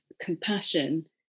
compassion